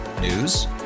News